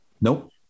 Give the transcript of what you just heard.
Nope